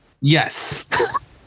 Yes